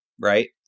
right